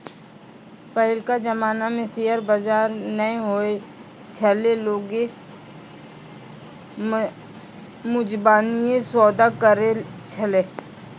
पहिलका जमाना मे शेयर बजार नै होय छलै लोगें मुजबानीये सौदा करै छलै